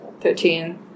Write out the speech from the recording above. Thirteen